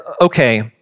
okay